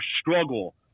struggle